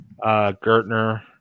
gertner